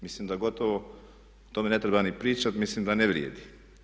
Mislim da gotovo o tome ne treba ni pričati, mislim da ne vrijedi.